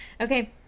Okay